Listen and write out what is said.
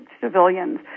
civilians